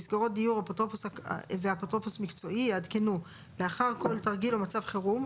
מסגרות דיור ואפוטרופוס מקצועי יעדכנו לאחר כל תרגיל או מצב חירום,